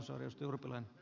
arvoisa puhemies